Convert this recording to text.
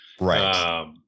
right